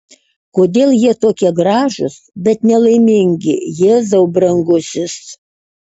kodėl jie tokie gražūs bet nelaimingi jėzau brangusis